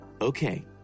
Okay